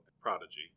Prodigy